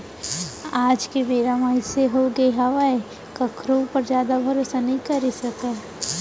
आज के बेरा म अइसे होगे हावय कखरो ऊपर जादा भरोसा नइ करे सकस